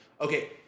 Okay